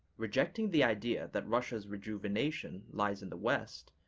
rejecting the idea that russia's rejuvenation lies in the west,